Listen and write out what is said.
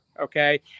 okay